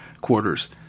quarters